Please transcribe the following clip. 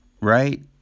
Right